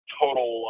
total